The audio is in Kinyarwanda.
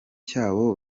cyabo